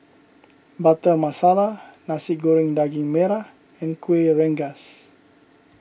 Butter Masala Nasi Goreng Daging Merah and Kueh Rengas